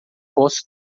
posso